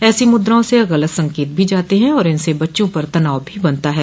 ऐसी मुद्राओं से गलत संकेत भी जाते हैं और इनसे बच्चों पर तनाव भी बनता है